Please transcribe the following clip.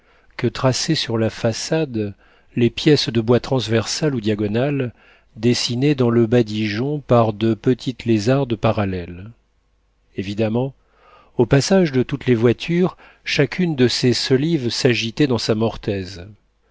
que traçaient sur la façade les pièces de bois transversales ou diagonales dessinées dans le badigeon par de petites lézardes parallèles évidemment au passage de toutes les voitures chacune de ces solives s'agitait dans sa mortaise